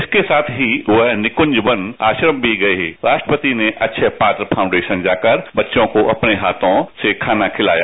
इसके साथ ही वह निकंज वन आश्रम भी गए राष्ट्रपति ने अक्षय पात्र फाउंडेशन जाकर बच्चों को अपने हाथों से खाना खिलाया